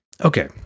Okay